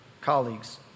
colleagues